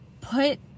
put